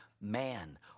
man